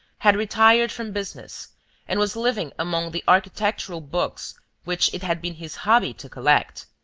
had retired from business and was living among the architectural books which it had been his hobby to collect.